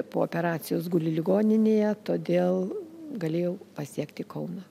po operacijos guli ligoninėje todėl galėjau pasiekti kauną